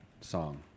song